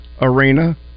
Arena